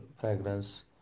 fragrance